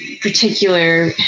particular